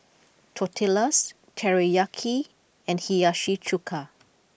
Tortillas Teriyaki and Hiyashi Chuka